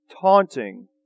taunting